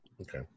Okay